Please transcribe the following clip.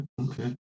okay